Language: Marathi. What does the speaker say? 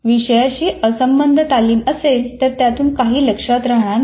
विषयाशी असंबद्ध तालीम असेल तर त्यातून काही लक्षात राहणार नाही